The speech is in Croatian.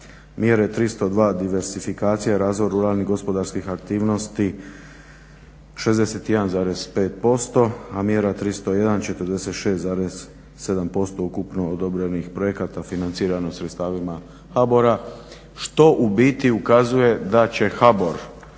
Mjere 302. – diversifikacija i razvoj ruralnih gospodarskih aktivnosti 61,5% a Mjera 301. 46,7% ukupno odobrenih projekata financirano sredstvima HBOR-a. Što u biti ukazuje da će HBOR